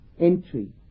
entry